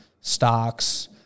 stocks